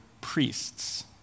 priests